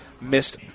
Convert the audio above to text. missed